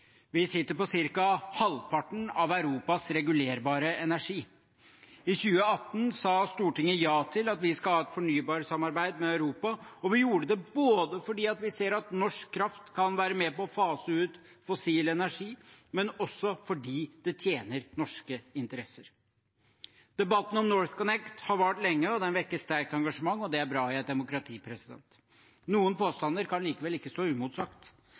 Vi sitter på ca. halvparten av Europas regulerbare energi. I 2018 sa Stortinget ja til at vi skulle ha et fornybarsamarbeid med Europa, og vi gjorde det både fordi vi ser at norsk kraft kan være med på å fase ut fossil energi, og fordi det tjener norske interesser. Debatten om NorthConnect har vart lenge, og den vekker sterkt engasjement. Det er bra i et demokrati. Noen påstander kan likevel ikke stå